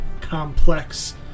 complex